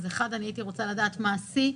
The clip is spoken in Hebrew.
אז דבר ראשון הייתי רוצה לדעת מה השיא?